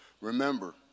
Remember